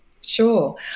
Sure